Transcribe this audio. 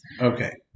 Okay